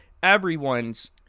everyone's